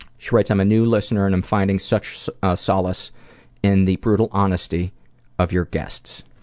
she writes, i'm a new listener and i'm finding such solace in the brutal honesty of your guests.